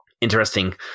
interesting